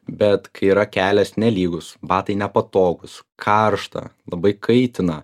bet kai yra kelias nelygus batai nepatogūs karšta labai kaitina